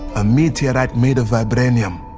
a meteorite made of vibranium,